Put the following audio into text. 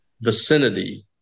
vicinity